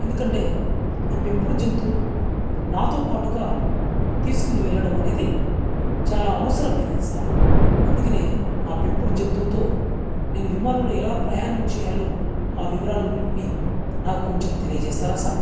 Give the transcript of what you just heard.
ఎందుకంటే ఈ పెంపుడు జంతువు నాతో పాటుగా తీసుకొని వెళ్ళడం అనేది చాలా అవసరమైనది సార్ అందుకనే నా పెంపుడు జంతువుతో నేను విమానంలో ఎలా ప్రయాణం చేయాలో ఆ వివరాలన్నిటిని నాకు కొంచెం తెలియజేస్తారా సార్